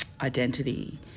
identity